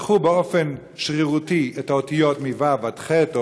לקחו באופן שרירותי את האותיות מוי"ו ועד חי"ת,